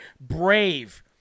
brave